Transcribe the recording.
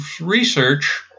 research